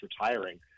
retiring